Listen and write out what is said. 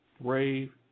brave